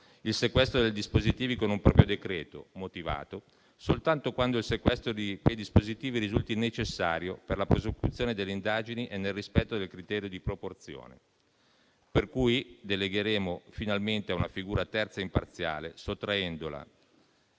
il sequestro dei dispositivi con un proprio decreto motivato soltanto quando risulti necessario per la prosecuzione delle indagini e nel rispetto del criterio di proporzione. Delegheremo pertanto finalmente a una figura terza e imparziale, sottraendo